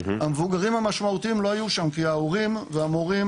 המבוגרים המשמעותיים לא היו שם כי ההורים והמורים